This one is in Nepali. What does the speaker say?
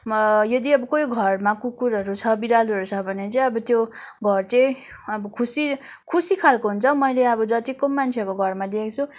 यदि अब कोही घरमा कुकुरहरू छ बिरालोहरू छ भने चाहिँ अब त्यो घर चाहिँ अब खुसी खुसी खालको हुन्छ मैले अब जतिको मान्छेहरूको घरमा देखेको छु